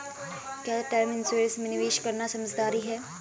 क्या term insurance में निवेश करना समझदारी है?